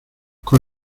con